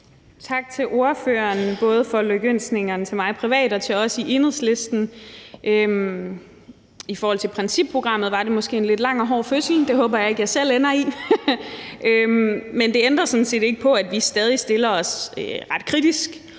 Tak til ordføreren for lykønskningerne både til mig privat og til os i Enhedslisten. I forhold til principprogrammet var det måske en lidt lang og hård fødsel, og det håber jeg ikke at jeg selv ender i. Men det ændrer sådan set ikke på, at vi stadig stiller os ret kritisk